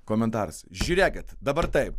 komentaras žiūrėkit dabar taip